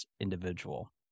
individual